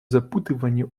запутывание